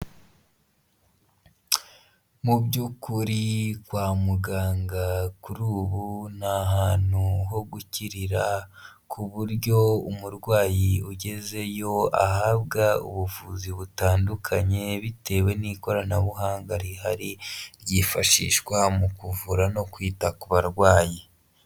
Mu by'ukuri kwa muganga kuri ubu, ni ahantu ho gukirira ku buryo umurwayi ugezeyo ahabwa ubuvuzi butandukanye, bitewe n'ikoranabuhanga rihari, ryifashishwa mu kuvura no kwita ku barwayi.